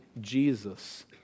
Jesus